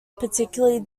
particularly